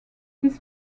this